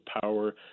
power